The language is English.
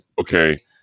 okay